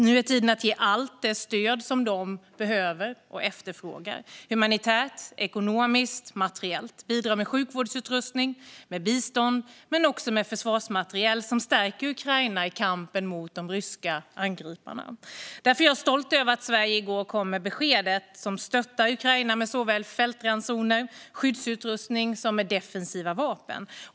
Nu är tiden att ge allt det stöd som de behöver och efterfrågar - humanitärt, ekonomiskt och materiellt - och att bidra med sjukvårdsutrustning, bistånd och försvarsmateriel som stärker Ukraina i kampen mot de ryska angriparna. Därför är jag stolt över att Sverige i går kom med besked om att stötta Ukraina såväl med fältransoner och skyddsutrustning som med defensiva vapen.